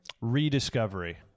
Rediscovery